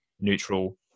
neutral